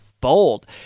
bold